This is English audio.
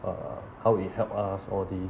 uh how it help us all these